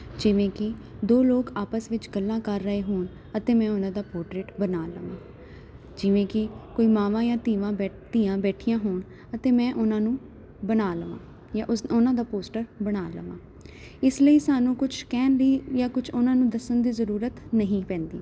ਜਿਵੇਂ ਕਿ ਦੋ ਲੋਕ ਆਪਸ ਵਿੱਚ ਗੱਲਾਂ ਕਰ ਰਹੇ ਹੋਣ ਅਤੇ ਮੈਂ ਉਹਨਾਂ ਦਾ ਪੋਰਟਰੇਟ ਬਣਾ ਲਵਾਂ ਜਿਵੇਂ ਕਿ ਕੋਈ ਮਾਵਾਂ ਜਾਂ ਧੀਵਾਂ ਧੀਆਂ ਬੈਠੀਆਂ ਹੋਣ ਅਤੇ ਮੈਂ ਉਹਨਾਂ ਨੂੰ ਬਣਾ ਲਵਾਂ ਜਾਂ ਉਸ ਉਹਨਾਂ ਦਾ ਪੋਸਟਰ ਬਣਾ ਲਵਾਂ ਇਸ ਲਈ ਸਾਨੂੰ ਕੁਝ ਕਹਿਣ ਲਈ ਜਾਂ ਕੁਛ ਉਹਨਾਂ ਨੂੰ ਦੱਸਣ ਦੀ ਜ਼ਰੂਰਤ ਨਹੀਂ ਪੈਂਦੀ